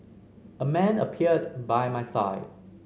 a man appeared by my side